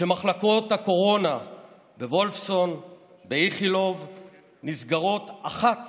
כשמחלקות הקורונה בוולפסון ובאיכילוב נסגרות אחת